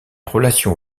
relation